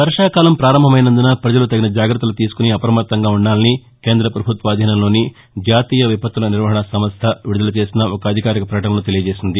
వర్వాకాలం ప్రారంభమైనందున ప్రజలు తగిన జాగ్రత్తలు తీసుకుని అప్రమత్తంగా వుండాలని కేంద్ర ప్రభుత్వ అధీసంలోని జాతీయ విపత్తుల నిర్వహణా సంస్థ విడుదల చేసిన ఒక అధికార ప్రకటనలో తెలియచేసింది